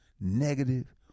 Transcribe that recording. negative